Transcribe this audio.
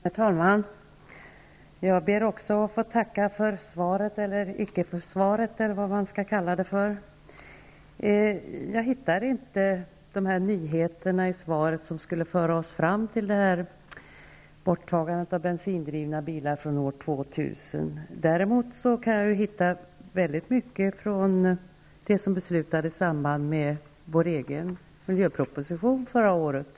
Herr talman! Också jag ber att få tacka för svaret, eller vad det nu skall kallas som vi här fått höra. Jag hittar inte de nyheter i svaret som skulle föra oss fram till ett borttagande av bensindrivna bilar från år 2000. Däremot hittar jag väldigt mycket som gäller det som beslutades i samband med vår egen miljöproposition förra året.